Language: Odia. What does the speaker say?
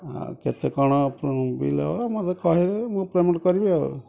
ଆଉ କେତେ କଣ ଆପଣଙ୍କ ବିଲ୍ ହେବ ମୋତେ କହିବେ ମୁଁ ପ୍ରେମେଣ୍ଟ୍ କରିବି ଆଉ